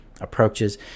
approaches